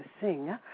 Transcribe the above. sing